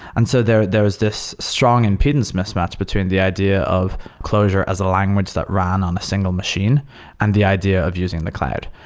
and so there there is this strong impedance mismatch between the idea of closure as a language that run on a single machine and the idea of using the cloud.